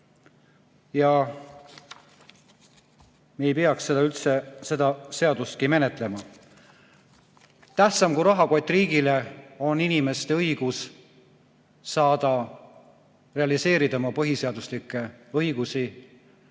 Me ei peaks seda seadustki üldse menetlema. Tähtsam kui rahakott riigile on inimeste õigus saada realiseerida oma põhiseaduslikke õigusi